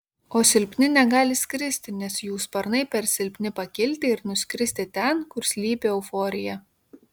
o silpni negali skristi nes jų sparnai per silpni pakilti ir nuskristi ten kur slypi euforija